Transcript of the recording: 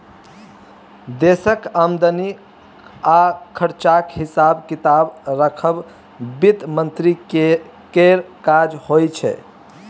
देशक आमदनी आ खरचाक हिसाब किताब राखब बित्त मंत्री केर काज होइ छै